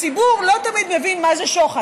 הציבור לא תמיד מבין מה זה שוחד,